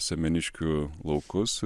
semeniškių laukus